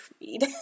read